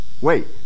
wait